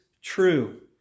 true